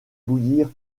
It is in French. bouillir